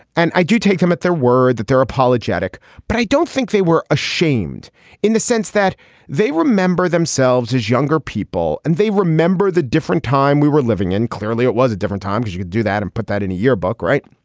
and i do take them at their word that they're apologetic but i don't think they were ashamed in the sense that they remember themselves as younger people and they remember the different time we were living in. clearly it was a different time. did you do that and put that in a yearbook right.